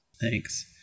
Thanks